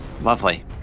Lovely